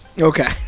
Okay